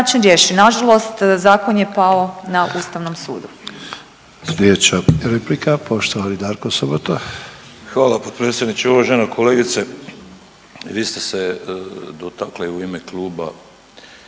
Nažalost zakon je pao na Ustavnom sudu.